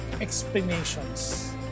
explanations